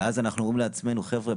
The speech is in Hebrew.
ואז אנחנו אומרים לעצמנו חבר'ה,